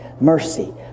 Mercy